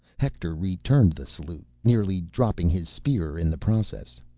hector returned the salute, nearly dropping his spear in the process.